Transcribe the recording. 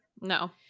No